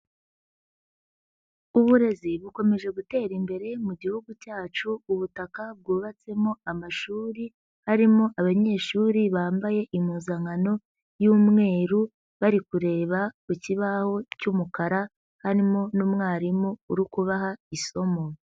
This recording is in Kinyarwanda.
Uburezi bukomeje gutera imbere mu gihugu cyacu ubutaka bwubatsemo amashuri, arimo abanyeshuri bambaye impuzankano y'umweru bari kureba ku kibaho cy'umukara, harimo n'umwarimu uri kubaha isomo.